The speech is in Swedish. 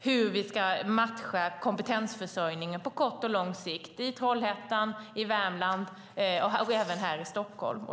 hur vi ska matcha kompetensförsörjningen på kort och lång sikt i Trollhättan, i Värmland och även här i Stockholm.